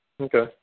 Okay